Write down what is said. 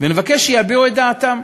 ונבקש שיביעו את דעתם.